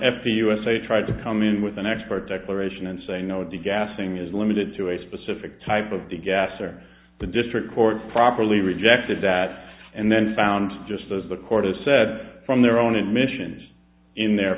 usa tried to come in with an expert declaration and say no do gas thing is limited to a specific type of the gas or the district court properly rejected that and then found just as the court has said from their own admissions in the